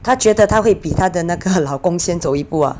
她觉得她会比他的那个老公先走一步 ah